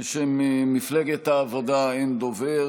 בשם מפלגת העבודה אין דובר.